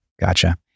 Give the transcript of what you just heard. Gotcha